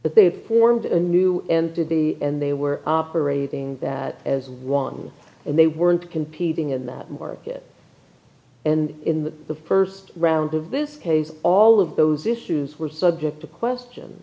but they had formed a new entity and they were operating that as one and they weren't competing in that market and in the first round of this case all of those issues were subject to question